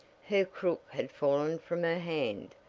her crook had fallen from her hand,